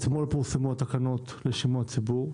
אתמול פורסמו התקנות לציבור.